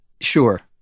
Sure